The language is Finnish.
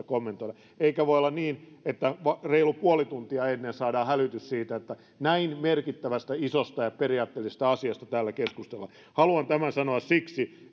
kommentoida eikä voi olla niin että reilu puoli tuntia ennen saadaan hälytys siitä että näin merkittävästä isosta ja periaatteellista asiasta täällä keskustellaan haluan tämän sanoa siksi